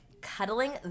cuddling